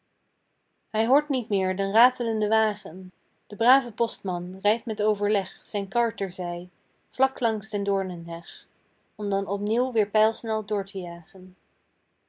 hij hoort niet meer den ratelenden wagen de brave postman rijdt met overleg zijn kar terzij vlak langs den doornenheg om dan opnieuw weer pijlsnel door te jagen